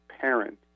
parent